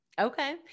Okay